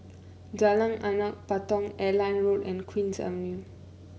Jalan Anak Patong Airline Road and Queen's Avenue